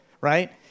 right